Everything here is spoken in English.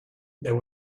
there